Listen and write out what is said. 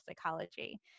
psychology